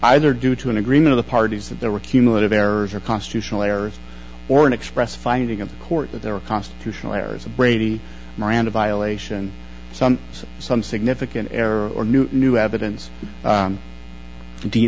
either due to an agreement of the parties that there were cumulative errors or constitutional errors or an express finding of the court that there are constitutional errors a brady miranda violation some see some significant error or new new evidence